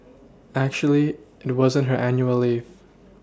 actually it wasn't her annual leave